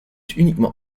uniquement